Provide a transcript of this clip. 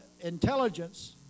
intelligence